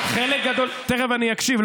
תכף אני אקשיב.